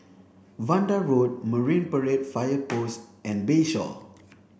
Vanda Road Marine Parade Fire Post and Bayshore